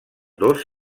dos